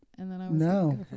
No